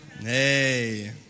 Hey